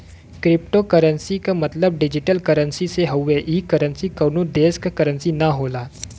cryptocurrency क मतलब digital currency से हउवे ई करेंसी कउनो देश क करेंसी न होला